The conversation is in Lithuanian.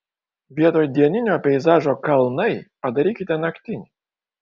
vietoj dieninio peizažo kalnai padarykite naktinį